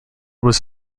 was